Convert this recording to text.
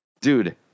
dude